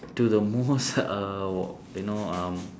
to the most uh you know um